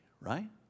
right